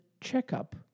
checkup